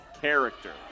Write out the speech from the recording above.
character